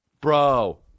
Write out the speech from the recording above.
Bro